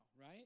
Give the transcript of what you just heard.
right